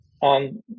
on